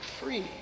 free